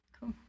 cool